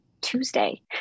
Tuesday